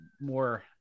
more